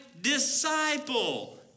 disciple